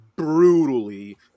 brutally